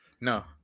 No